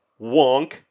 WONK